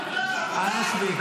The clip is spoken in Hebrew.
אנא, שבי.